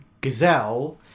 Gazelle